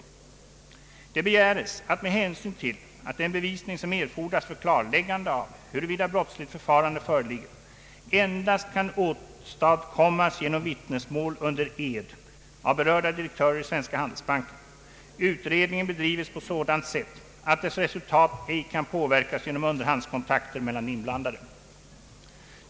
Det begäres att med hänsyn till att den bevisning som erfordras för klarläggande av huruvida brottsligt förfarande föreligger endast kan åstadkommas genom vittnesmål under ed av berörda direktörer i Svenska Handelsbanken, utredningen bedrives på sådant sätt att dess resultat ej kan påverkas genom underhandskontakter mellan de inblandade.